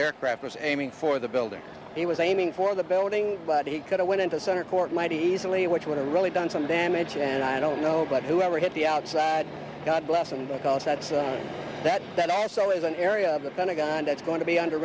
aircraft was aiming for the building he was aiming for the building but he could've went into center court might easily which would have really done some damage and i don't know but whoever hit the outside god bless him because that's the one that that also is an area of the pentagon that's going to be under